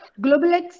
GlobalX